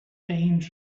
danger